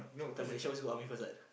Sultan Malaysia also go army first what